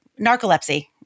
narcolepsy –